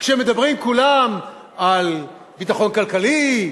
כשמדברים כולם על ביטחון כלכלי,